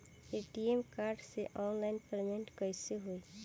ATM card से online payment कैसे होई?